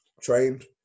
Trained